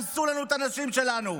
אנסו לנו את הנשים שלנו,